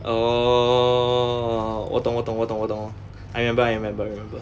oh 我懂我懂我懂我懂 I remember I remember I remember